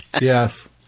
Yes